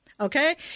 Okay